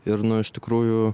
ir nu iš tikrųjų